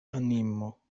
animo